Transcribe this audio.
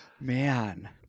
man